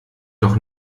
doch